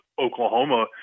Oklahoma